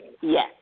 Yes